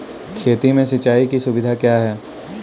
खेती में सिंचाई की सुविधा क्या है?